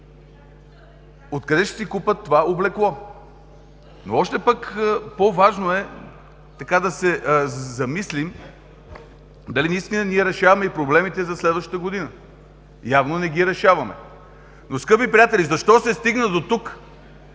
откъде ще си купят това облекло? Още по-важно е да се замислим дали наистина ние решаваме и проблемите за следващата година. Явно не ги решаваме. Но, скъпи приятели, защо се стигна дотук?